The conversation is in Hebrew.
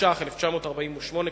התש"ח 1948,